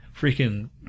freaking